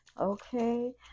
okay